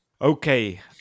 Okay